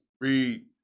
Read